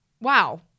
Wow